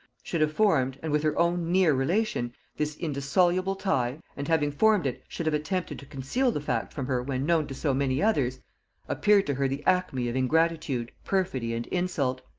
should have formed and with her own near relation this indissoluble tie, and having formed it should have attempted to conceal the fact from her when known to so many others appeared to her the acme of ingratitude, perfidy, and insult.